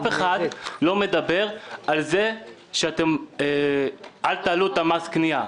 אף אחד לא מדבר על כך שלא יעלו את מס הקנייה.